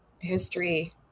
history